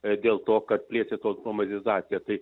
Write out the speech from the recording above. ir dėl to kad pėdsako automatizacija tai